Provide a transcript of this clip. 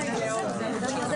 הישיבה ננעלה בשעה 13:35.